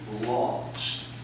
lost